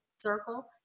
circle